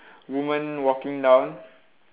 woman walking down